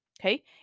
okay